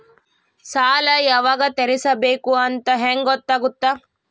ಸಾಲ ಯಾವಾಗ ತೇರಿಸಬೇಕು ಅಂತ ಹೆಂಗ್ ಗೊತ್ತಾಗುತ್ತಾ?